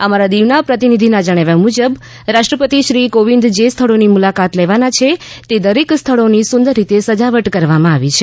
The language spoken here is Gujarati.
અમારા દીવના પ્રતિનિધિના જણાવ્યા મુજબ રાષ્ટ્રપતિ શ્રી કોવિંદ જે સ્થળોની મુલાકાત લેવાના છે તે દરેક સ્થળોની સુંદર રીતે સજાવટ કરવામાં આવી છે